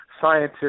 scientists